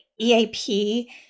EAP